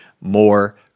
more